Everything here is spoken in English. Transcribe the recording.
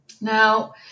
Now